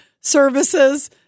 services